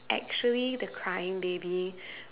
actually the crying baby